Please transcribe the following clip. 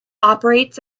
operates